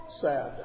sad